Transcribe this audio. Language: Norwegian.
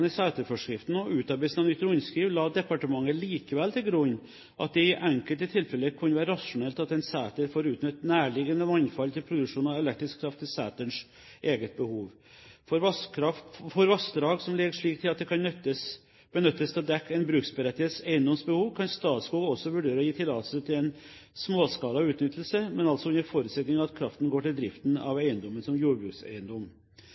i seterforskriften og utarbeidelsen av nytt rundskriv la departementet likevel til grunn at det i enkelte tilfeller kunne være rasjonelt at en seter får utnytte nærliggende vannfall til produksjon av elektrisk kraft til seterens eget behov. For vassdrag som ligger slik til at det kan benyttes til å dekke en bruksberettiget eiendoms behov, kan Statskog også vurdere å gi tillatelse til en småskala utnyttelse, men altså under forutsetning av at kraften går til driften av